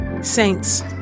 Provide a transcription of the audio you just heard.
Saints